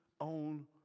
own